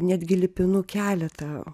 netgi lipinu keletą